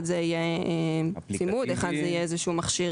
אחד זה יהיה צימוד, אחד זה יהיה איזה שהוא מכשיר.